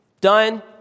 done